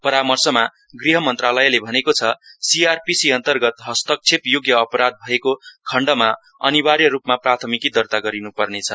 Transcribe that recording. परामर्शमा गृह मन्त्रालयले भनेतो छ सिआरपिसी अन्तर्गत हस्तक्षेप योग्य अपराध भएको खण्डमा अनिवार्यरूपमा प्राथमिकि दर्ता गरिनु पर्ने छ